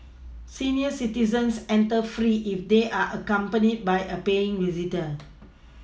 senior citizens enter free if they are accompanied by a paying visitor